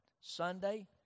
Sunday